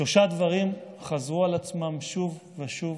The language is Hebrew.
שלושה דברים חזרו על עצמם שוב ושוב